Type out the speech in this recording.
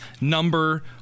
number